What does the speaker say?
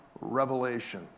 revelation